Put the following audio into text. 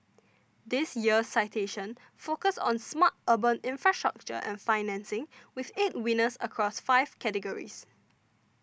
this year's citations focus on smart urban infrastructure and financing with eight winners across five categories